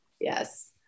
Yes